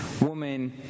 woman